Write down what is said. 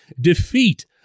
defeat